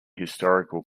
historical